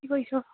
কি কৰিছ